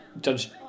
Judge